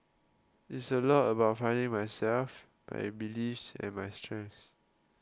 it's a lot about finding myself my belief and my strength